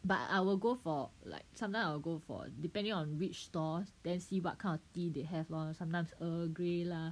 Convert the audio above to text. but I will go for like sometimes I will go for depending on which stores then see what kind of tea they have lor sometimes earl grey lah